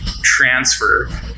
transfer